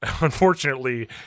unfortunately